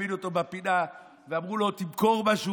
העמידו אותו בפינה ואמרו לו: תמכור משהו,